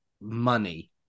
money